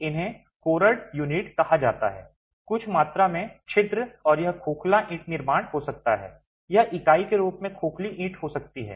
इन्हें cored unit कहा जाता है कुछ मात्रा में छिद्र और यह खोखला ईंट निर्माण हो सकता है यह इकाई के रूप में खोखली ईंट हो सकती है